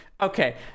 okay